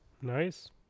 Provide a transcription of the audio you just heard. Nice